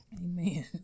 Amen